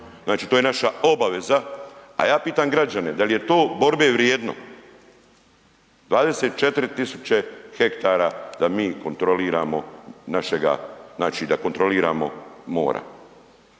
znači to je naša obaveza, a ja pitam građane, da li je to borbe vrijedno. 24 tisuće hektara da mi kontroliramo